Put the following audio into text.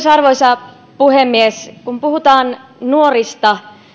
arvoisa puhemies kun puhutaan nuorista